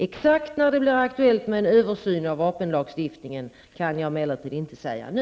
Exakt när det blir aktuellt med en översyn av vapenlagstiftningen kan jag emellertid inte säga nu.